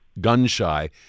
gun-shy